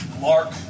mark